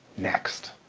next.